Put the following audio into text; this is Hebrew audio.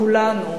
כולנו,